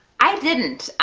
i didn't,